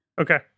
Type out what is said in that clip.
Okay